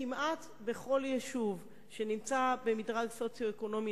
כמעט בכל יישוב שנמצא במדרג סוציו-אקונומי